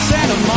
Santa